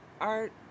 art